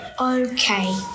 Okay